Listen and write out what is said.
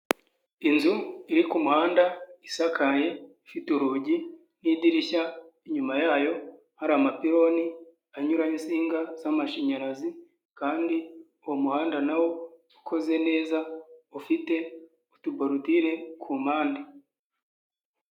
Inzu iri ku muhanda isakaye, ifite urugi n'idirishya, inyuma yayo hari amapironi anyuramo insinga z'amashanyarazi kandi uwo muhanda nawo ukoze neza ufite utuborodire ku mpande.